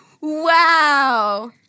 Wow